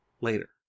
later